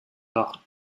dach